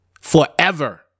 forever